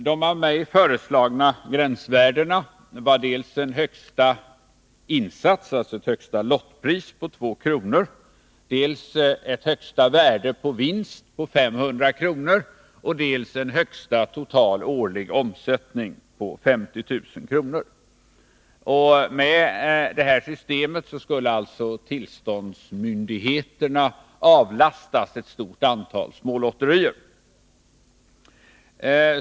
De av mig föreslagna gränsvärdena var dels en högsta insats, dvs. ett lottpris, på 2 kr., dels ett högsta värde på vinsten på 500 kr., dels en högsta total årlig omsättning på 50 000 kr. Med det systemet skulle tillståndsmyndigheterna avlastas ett stort antal små lotterier.